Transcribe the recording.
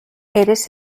eres